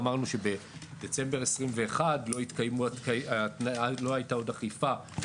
אמרנו שבדצמבר 2021 לא הייתה עוד אכיפה,